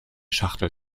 schachtel